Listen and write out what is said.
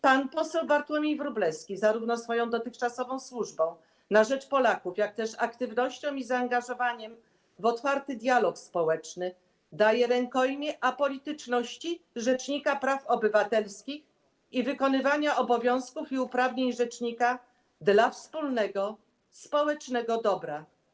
Pan poseł Bartłomiej Wróblewski zarówno swoją dotychczasową służbą na rzecz Polaków, jak i aktywnością i zaangażowaniem w otwarty dialog społeczny daje rękojmię apolityczności rzecznika praw obywatelskich i wykonywania obowiązków i uprawnień rzecznika dla wspólnego społecznego dobra.